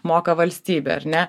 moka valstybė ar ne